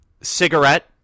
cigarette